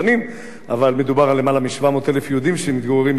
אבל מדובר על למעלה מ-700,000 יהודים שמתגוררים מעבר ל"קו הירוק",